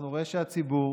אנחנו נראה שהציבור